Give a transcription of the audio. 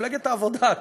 מפלגת העבודה,